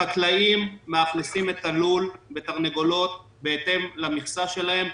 החקלאים מאכלסים את הלול בתרנגולות בהתאם למכסה שלהם,